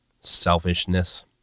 selfishness